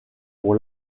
pour